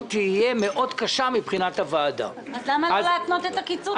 במקביל ------ אז אני מעדכן שקיבלנו